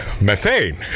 Methane